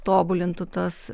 tobulintų tas